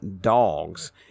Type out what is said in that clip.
dogs